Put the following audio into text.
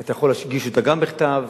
אתה יכול להגיש אותה גם בכתב,